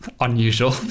unusual